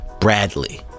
Bradley